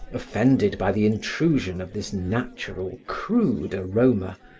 offended by the intrusion of this natural, crude aroma,